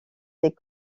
des